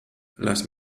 lass